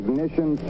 Ignition